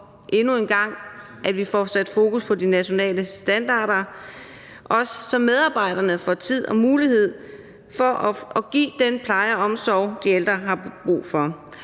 endnu en gang får sat fokus på de nationale standarder – også så medarbejderne får tid og mulighed for at give den pleje og omsorg, de ældre har brug for.